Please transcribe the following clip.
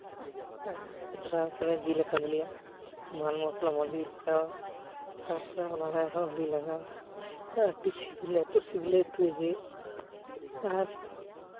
ᱛᱟᱨᱯᱚᱨᱮ ᱡᱤᱞ ᱮ ᱠᱷᱟᱸᱫᱽᱞᱮᱭᱟ ᱢᱟᱞ ᱢᱚᱥᱞᱟ ᱢᱚᱡᱽᱜᱮ ᱞᱟᱜᱟᱣᱟ ᱛᱟᱨᱯᱚᱨ ᱚᱱᱟᱨᱮ ᱟᱨᱦᱚᱸ ᱦᱚᱞᱫᱤ ᱞᱟᱜᱟᱣᱟ ᱛᱳ ᱟᱹᱰᱤ ᱥᱤᱵᱤᱞᱟ ᱮᱛᱚ ᱥᱤᱵᱤᱞᱮ ᱩᱛᱩᱭᱟ ᱡᱮ ᱟᱨ